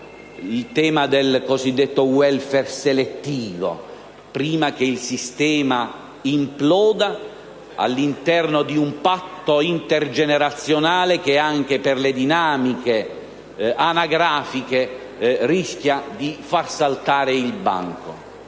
il tema del cosiddetto *welfare* selettivo, prima che il sistema imploda, all'interno di un patto intergenerazionale che, anche per le dinamiche anagrafiche, rischia di far saltare il banco.